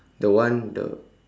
the one the